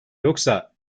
yoksa